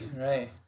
right